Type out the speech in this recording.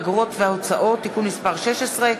אגרות והוצאות (תיקון מס' 16)